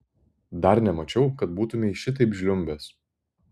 dar nemačiau kad būtumei šitaip žliumbęs